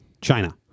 China